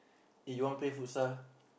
eh you want play futsal